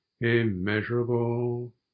immeasurable